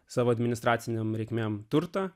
savo administracinėm reikmėm turtą